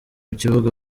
kibuga